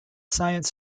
science